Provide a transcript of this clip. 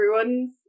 everyone's